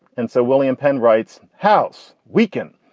and so william penn writes, house weaken.